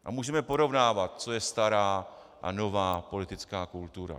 A můžeme porovnávat, co je stará a nová politická kultura.